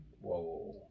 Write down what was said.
Whoa